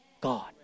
God